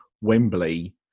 wembley